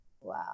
Wow